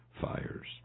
fires